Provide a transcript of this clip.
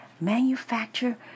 manufacture